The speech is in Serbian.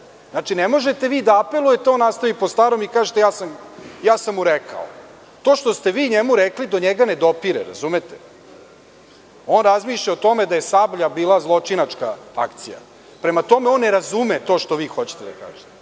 ne možete vi da apelujete, a on nastavi po starom i kažete, ja sam mu rekao. To što ste vi njemu rekli, do njega ne dopire, razumete? On razmišlja o tome da je „Sablja“ bila zločinačka akcija. Prema tome, on ne razume to što vi hoćete da kažete. Pošto